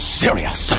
serious